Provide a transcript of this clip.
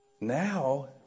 now